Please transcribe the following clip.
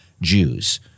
Jews